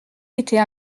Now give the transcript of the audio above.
était